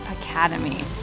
Academy